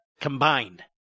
combined